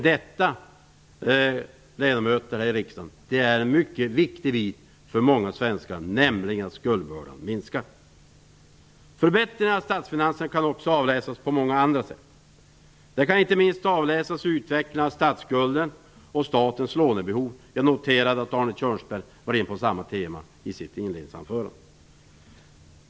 Detta, ledamöter av riksdagen, är en mycket viktig bit för många svenskar, nämligen att skuldbördan minskar. Förbättringen av statsfinanserna kan också avläsas på många andra sätt. Det kan inte minst avläsas i utvecklingen av statsskulden och i statens lånebehov. Jag noterade att Arne Kjörnsberg var inne på samma tema i sitt inledningsanförande.